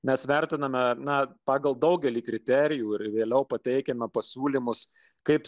mes vertiname na pagal daugelį kriterijų ir vėliau pateikiame pasiūlymus kaip